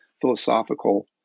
philosophical